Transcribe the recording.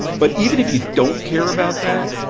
but even if you don't care about that,